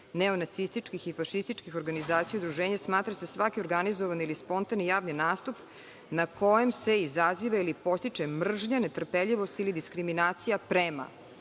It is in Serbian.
neonacističkih i fašističkih organizacija i udruženja smatra se svaki organizovani ili spontani javni nastup na kojem se izaziva ili podstiče mržnja, netrpeljivost ili diskriminacija prema,